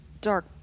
dark